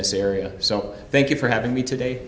this area so thank you for having me today